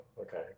okay